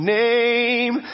name